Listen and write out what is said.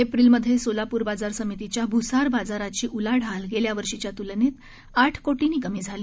एप्रिलमध्ये सोलापूर बाजार समितीच्या भूसार बाजाराची उलाढाल गेल्यावर्षीच्या तूलनेत आठ कोर्टीनी कमी झाली